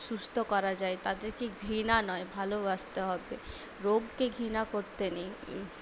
সুস্থ করা যায় তাদেরকে ঘৃণা নয় ভালোবাসতে হবে রোগকে ঘৃণা করতে নেই